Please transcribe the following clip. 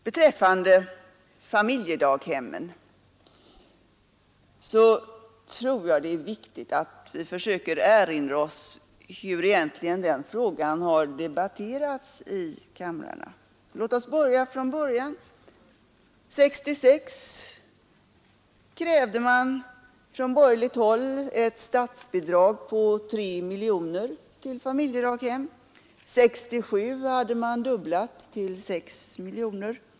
Beträffande familjedaghemmen tror jag att det är viktigt att vi försöker erinra oss hur den frågan egentligen har debatterats i kamrarna. Låt oss börja från början: År 1966 krävde man från borgerligt håll ett statsbidrag till familjedaghemmen på 3 miljoner. År 1967 hade man dubblat summan till 6 miljoner.